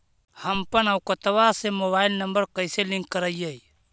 हमपन अकौउतवा से मोबाईल नंबर कैसे लिंक करैइय?